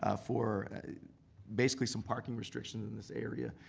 ah for basically some parking restrictions in this area.